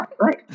right